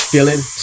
Feeling